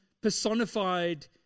personified